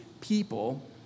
people